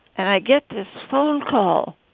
and i get this phone call.